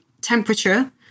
temperature